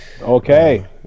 okay